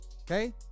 okay